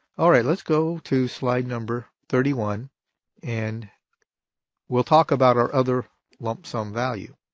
all right. let's go to slide number thirty one and we'll talk about our other lump sum value.